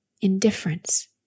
indifference